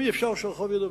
גם אי-אפשר שהרחוב ידבר.